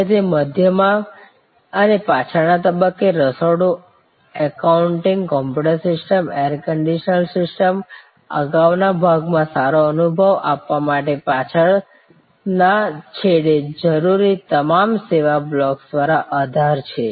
અને તે મધ્યમાં અને પાછળના તબક્કે રસોડું accounting computer system air condition system આગળના ભાગમાં સારો અનુભવ આપવા માટે પાછળના છેડે જરૂરી તમામ સેવા બ્લોક્સ દ્વારા આધાર છે